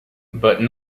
but